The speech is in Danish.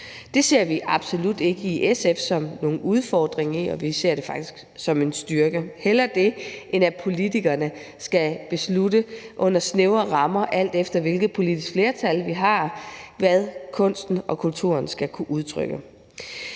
Det ser vi i SF absolut ikke som nogen udfordring, vi ser det faktisk som en styrke – hellere det, end at politikerne skal beslutte under snævre rammer, alt efter hvilket politisk flertal der er, hvad kunsten og kulturen skal kunne udtrykke.